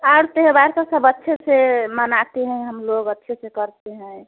और त्यौहार को सब अच्छे से मनाती हैं हम लोग अच्छे से करते हैं